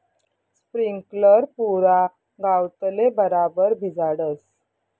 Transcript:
sprinkler पुरा गावतले बराबर भिजाडस